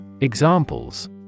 Examples